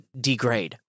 degrade